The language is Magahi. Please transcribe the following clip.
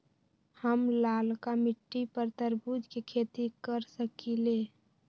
हम लालका मिट्टी पर तरबूज के खेती कर सकीले?